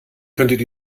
könntet